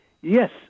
Yes